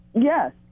Yes